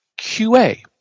QA